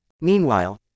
Meanwhile